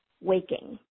waking